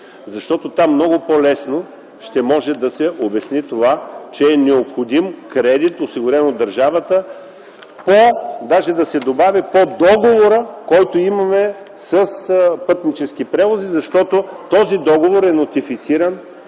Там много по-лесно ще може да се обясни това, че е необходим кредит, осигурен от държавата, даже да се добави „по договора, който имаме с „Пътнически превози”, защото този договор е нотифициран